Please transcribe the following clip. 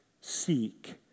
seek